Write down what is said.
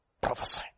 prophesy